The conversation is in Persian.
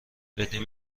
بدین